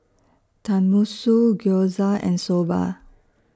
Tenmusu Gyoza and Soba